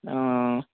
অ